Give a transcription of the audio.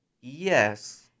yes